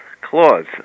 claws